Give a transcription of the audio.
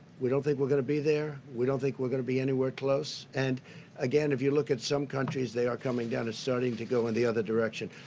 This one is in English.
we don't think we're going to be there. we don't think we're going to be anywhere close. and if you look at some countries, they are coming down. it's starting to go in the other direction.